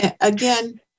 again